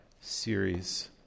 series